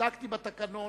בדקתי בתקנון,